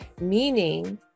meaning